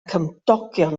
cymdogion